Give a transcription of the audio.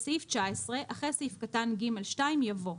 בסעיף 19 אחרי סעיף קטן (ג2) יבוא: